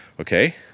Okay